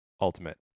Ultimate